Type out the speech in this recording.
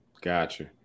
Gotcha